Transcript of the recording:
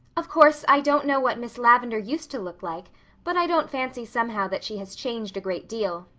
of course, i don't know what miss lavendar used to look like but i don't fancy somehow that she has changed a great deal,